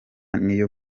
niyo